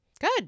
Good